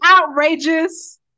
outrageous